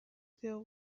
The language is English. deal